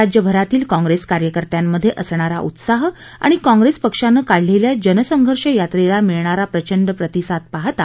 राज्यभरातील काँग्रेस कार्यकर्त्यांमध्ये असणारा उत्साह आणि काँग्रेस पक्षाने काढलेल्या जनसंघर्ष यात्रेला मिळणारा प्रचंड प्रतिसाद पाहता